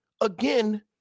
again